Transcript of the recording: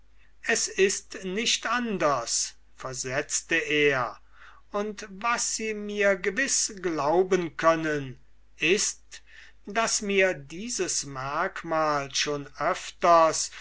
es ist nicht anders versetzte demokritus und was sie mir gewiß glauben können ist daß mir dieses merkmal schon öfters